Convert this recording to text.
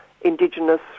Indigenous